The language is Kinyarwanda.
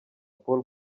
paul